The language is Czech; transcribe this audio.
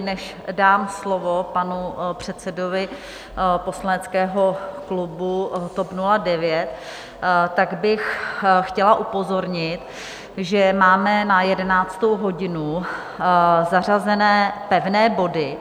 Než dám slovo panu předsedovi poslaneckého klubu TOP 09, tak bych chtěla upozornit, že máme na 11. hodinu zařazené pevné body.